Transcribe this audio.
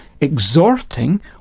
exhorting